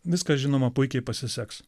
viskas žinoma puikiai pasiseks